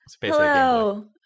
Hello